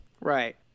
Right